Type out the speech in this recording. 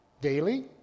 daily